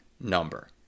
number